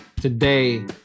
Today